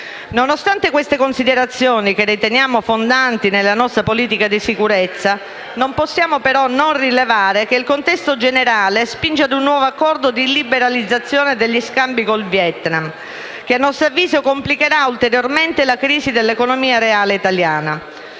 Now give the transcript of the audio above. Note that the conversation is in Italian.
Nonostante queste considerazioni, che riteniamo fondanti della nostra politica di sicurezza, non possiamo non rilevare che il contesto generale spinge ad un nuovo accordo di liberalizzazione degli scambi con il Vietnam che, a nostro avviso, complicherà ulteriormente la crisi dell'economia reale italiana.